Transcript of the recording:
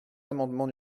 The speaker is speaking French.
amendement